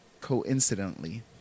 coincidentally